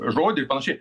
žodį ir panašiai